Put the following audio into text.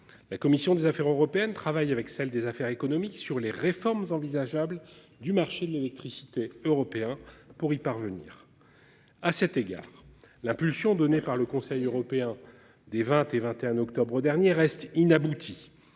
la commission des Affaires européennes travaillent avec celle des affaires économiques sur les réformes envisageables du marché de l'électricité européen pour y parvenir. À cet égard l'impulsion donnée par le Conseil européen des 20 et 21 octobre dernier reste inaboutie.